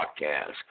podcast